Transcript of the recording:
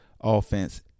offense